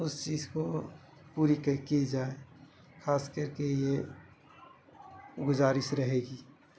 اس چیز کو پوری کر کے ہی جائے خاص کر کے یہ گزارش رہے گی